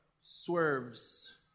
swerves